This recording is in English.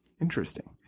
interesting